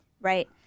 Right